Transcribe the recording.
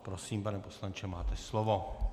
Prosím, pane poslanče, máte slovo.